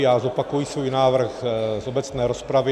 Já zopakuji svůj návrh z obecné rozpravy.